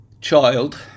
child